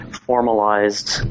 Formalized